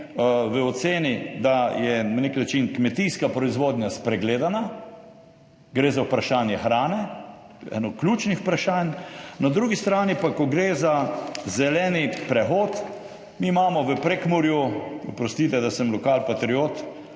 v oceni, da je na nek način kmetijska proizvodnja spregledana. Gre za vprašanje hrane, eno ključnih vprašanj. Na drugi strani pa, ko gre za zeleni prehod, mi imamo v Prekmurju, oprostite, da sem do neke